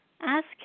Ask